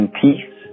peace